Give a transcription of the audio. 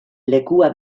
lekua